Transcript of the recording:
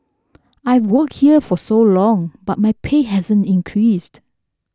I've worked here for so long but my pay hasn't increased